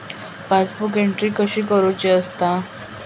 Passbook entry कशी करुची असता?